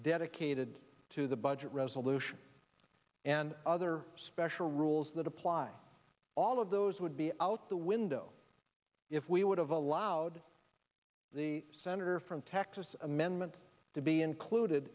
dedicated to the budget resolution and other special rules that apply all of those would be out the window if we would have allowed the senator from texas amendment to be included